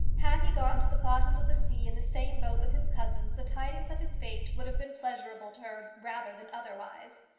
had he gone to the bottom of the sea in the same boat with his cousins, the tidings of his fate would have been pleasurable to her rather than otherwise.